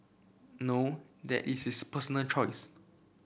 no that is his personal choice